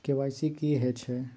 KYC की हय छै?